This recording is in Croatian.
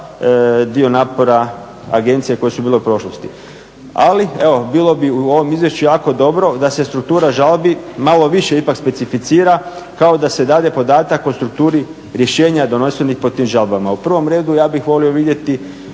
dio napora agencija koje su bile u prošlosti. Ali evo bilo bi u ovom izvješću jako dobro da se struktura žalbi malo više ipak specificira kao da se dade podatak o strukturi rješenja donošenih po tim žalbama. U prvom redu ja bih volio vidjeti